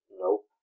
Nope